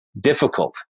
difficult